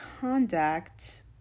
conduct